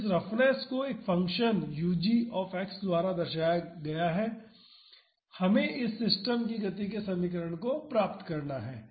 तो इस रफनेस को एक फ़ंक्शन ug द्वारा दर्शाया है हमें इस सिस्टम की गति के समीकरण को प्राप्त करना है